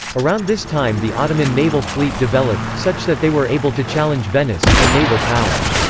around this time the ottoman naval fleet developed, such that they were able to challenge venice, a naval power.